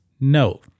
No